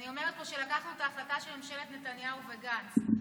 אני אומרת פה שלקחנו את ההחלטה של ממשלת נתניהו וגנץ,